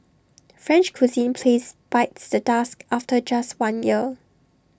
French cuisine place bites the dust after just one year